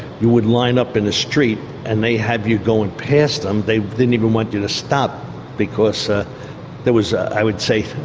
you would line up in the street and they had you going past them, they didn't even want you to stop because there was, i would say,